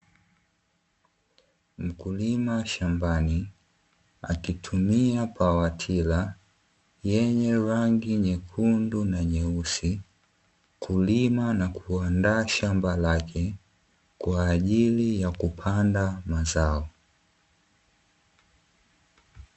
Mkulima shambani, akitumia pawatila yenye rangi nyekundu na nyeusi, kulima na kuandaa shamba lake, kwa ajili ya kupanda mazao.